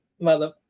mother